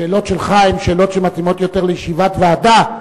השאלות שלך הן שאלות שמתאימות יותר לישיבת ועדה,